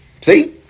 See